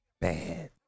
bad